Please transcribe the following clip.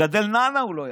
לגדל נענע הוא לא יכול.